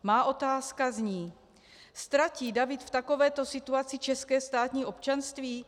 Má otázka zní: Ztratí David v takovéto situaci české státní občanství?